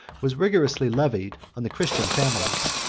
was rigorously levied on the christian families.